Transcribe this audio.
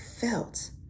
felt